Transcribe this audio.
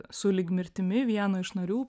sulig mirtimi vieno iš narių